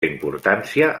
importància